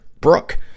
Brooke